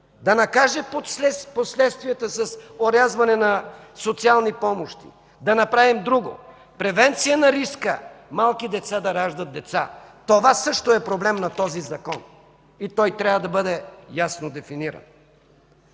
да накаже последствията с орязване на социални помощи, да направим друго – превенция на риска малки деца да раждат деца. Това също е проблем на този закон и той трябва да бъде ясно дефиниран.